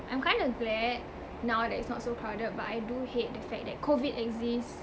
I'm kind of glad now that it's not so crowded but I do hate the fact that COVID exists